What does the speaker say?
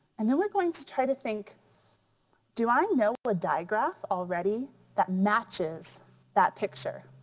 and then we're going to try to think do i know a diagraph already that matches that picture?